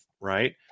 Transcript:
Right